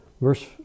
verse